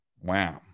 Wow